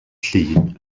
llun